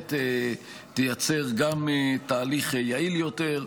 ובהחלט תייצר גם תהליך יעיל יותר,